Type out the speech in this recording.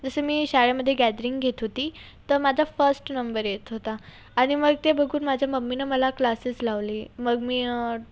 जसं मी शाळेमध्ये गॅदरिंग घेत होती तर माझा फर्स्ट नंबर येत होता आणि मग ते बघून माझ्या मम्मीनं मला क्लासेस लावले मग मी